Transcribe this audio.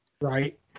right